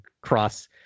cross